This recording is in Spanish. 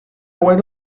web